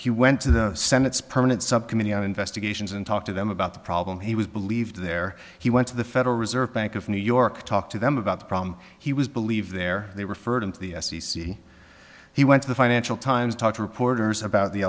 he went to the senate's permanent subcommittee on investigations and talked to them about the problem he was believed there he went to the federal reserve bank of new york talked to them about the problem he was believe there they referred him to the f c c he went to the financial times talked to reporters about the